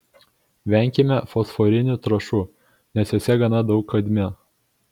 venkime fosforinių trąšų nes jose gana daug kadmio